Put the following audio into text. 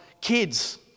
kids